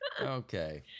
Okay